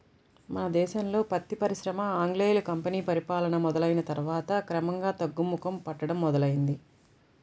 మన దేశంలో పత్తి పరిశ్రమ ఆంగ్లేయుల కంపెనీ పరిపాలన మొదలయ్యిన తర్వాత క్రమంగా తగ్గుముఖం పట్టడం మొదలైంది